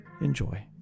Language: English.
enjoy